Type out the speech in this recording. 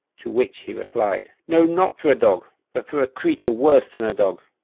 to which he replied, no, not for a dog, but for a creature worse than a dog.